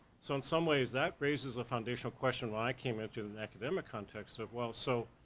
so in some ways, that raises a foundational question when i came into the academic context of, well, so,